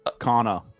Kana